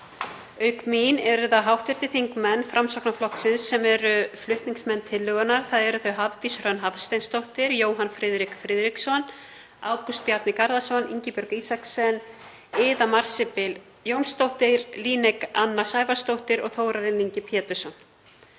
Auk mín eru það hv. þingmenn Framsóknarflokksins sem eru flutningsmenn tillögunnar, þau Hafdís Hrönn Hafsteinsdóttir, Jóhann Friðrik Friðriksson, Ágúst Bjarni Garðarsson, Ingibjörg Isaksen, Iða Marsibil Jónsdóttir, Líneik Anna Sævarsdóttir og Þórarinn Ingi Pétursson.